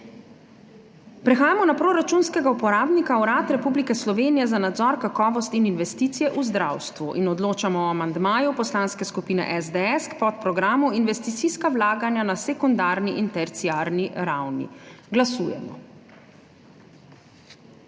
Prehajamo na proračunskega uporabnika Urad Republike Slovenije za nadzor, kakovost in investicije v zdravstvu in odločamo o amandmaju Poslanske skupine SDS k podprogramu Investicijska vlaganja na sekundarni in terciarni ravni. Glasujemo.